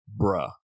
Bruh